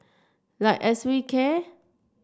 like as we care